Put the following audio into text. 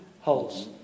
holes